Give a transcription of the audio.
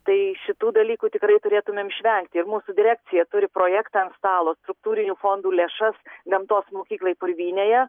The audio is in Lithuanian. tai šitų dalykų tikrai turėtumėm išvengti ir mūsų direkcija turi projektą ant stalo struktūrinių fondų lėšas gamtos mokyklai purvynėje